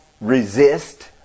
resist